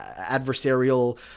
adversarial